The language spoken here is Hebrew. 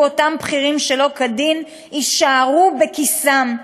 אותם בכירים שלא כדין יישארו בכיסם,